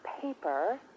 paper